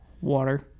Water